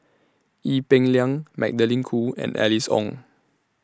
Ee Peng Liang Magdalene Khoo and Alice Ong